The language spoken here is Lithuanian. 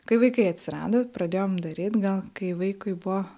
kai vaikai atsirado pradėjom daryti gal kai vaikui buvo